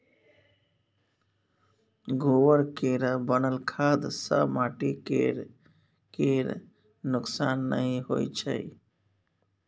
गोबर केर बनल खाद सँ माटि केर नोक्सान नहि होइ छै